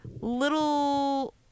little